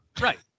Right